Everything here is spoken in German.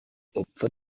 opfer